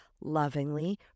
lovingly